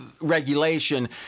regulation